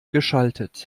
geschaltet